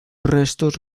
restos